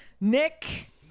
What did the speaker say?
Nick